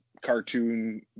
cartoon